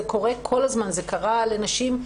זה קורה יותר מדי פעמים.